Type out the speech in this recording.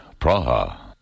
Praha